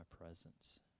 presence